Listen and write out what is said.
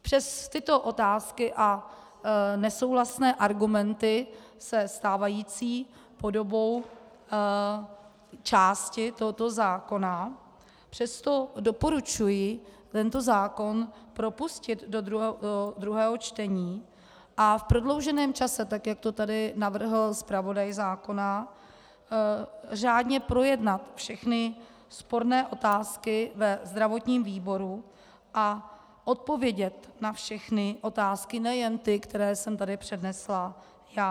Přes tyto otázky a nesouhlasné argumenty se stávající podobou části tohoto zákona doporučuji tento zákon propustit do druhého čtení a v prodlouženém čase, tak jak to tady navrhl zpravodaj zákona, řádně projednat všechny sporné otázky ve zdravotním výboru a odpovědět na všechny otázky, nejen ty, které jsem tady přednesla já.